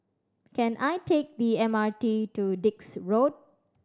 can I take the M R T to Dix Road